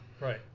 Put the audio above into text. Right